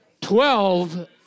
twelve